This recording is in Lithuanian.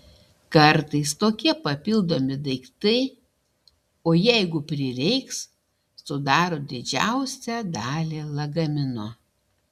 kartais tokie papildomi daiktai o jeigu prireiks sudaro didžiausią dalį lagamino